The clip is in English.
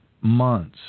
months